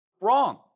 Wrong